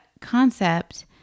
concept